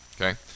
okay